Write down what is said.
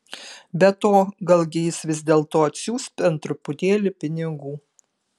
be to galgi jis vis dėlto atsiųs bent truputėlį pinigų